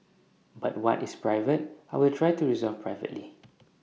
but what is private I will try to resolve privately